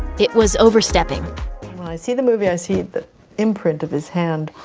it was overstepping. when i see the movie i see the imprint of his hand,